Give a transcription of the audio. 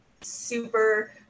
super